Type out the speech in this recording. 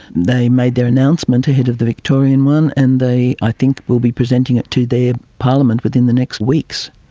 they made their announcement ahead of the victorian one and they i think will be presenting it to their ah parliament within the next weeks.